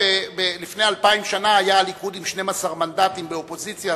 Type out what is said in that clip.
לפני אלפיים שנה היה הליכוד עם 12 מנדטים באופוזיציה.